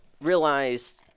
realized